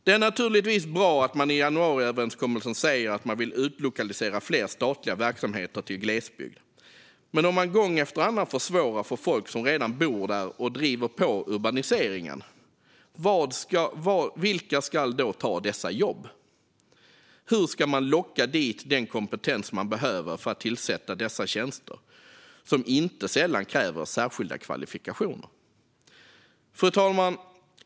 Det är naturligtvis bra att man i januariöverenskommelsen säger att man vill utlokalisera fler statliga verksamheter till glesbygd. Men om man gång efter annan försvårar för folk som redan bor där och driver på urbaniseringen, vilka ska då ta dessa jobb? Hur ska man locka dit den kompetens man behöver för att tillsätta dessa tjänster, som inte sällan kräver särskilda kvalifikationer? Fru talman!